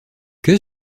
que